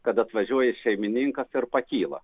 kad atvažiuoja šeimininkas ir pakyla